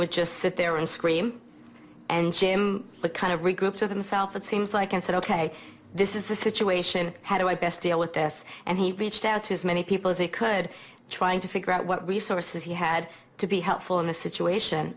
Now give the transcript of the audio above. would just sit there and scream and the kind of regroup to themself it seems like and said ok this is the situation how do i best deal with this and he reached out as many people as they could trying to figure out what resources he had to be helpful in a situation